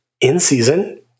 In-season